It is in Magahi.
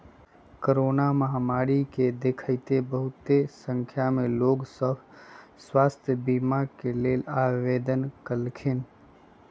कोरोना महामारी के देखइते बहुते संख्या में लोग सभ स्वास्थ्य बीमा के लेल आवेदन कलखिन्ह